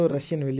Russian